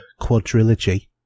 quadrilogy